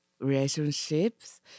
relationships